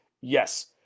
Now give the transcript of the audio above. Yes